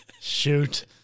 Shoot